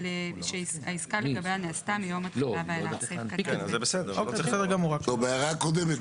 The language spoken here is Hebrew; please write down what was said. נסגר לגבי ההערה הקודמת?